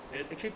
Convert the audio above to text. then